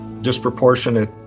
disproportionate